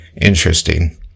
interesting